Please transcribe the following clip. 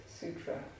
Sutra